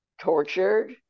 tortured